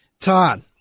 Todd